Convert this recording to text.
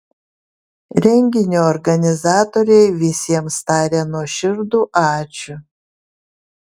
renginio organizatoriai visiems taria nuoširdų ačiū